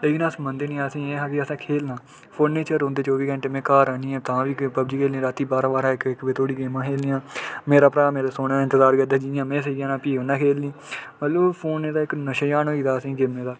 लेकिन अस मनदे नेईं हे असें एह् हा की असें खेलना फोनै च रौंह्दे चौबी घैंटे में घर आनियै में तां बी पबजी कन्नै राती बाह्रां बाह्रां इक इक बजे धोड़ी मेरा भ्राऽ मेरे सौने दा इंतजार करदा जि'यां में सेई जन्ना फ्ही उ'नैं खेलनियां मतलब फोन एह्दे इक नशा जन होइ ए दा असेंई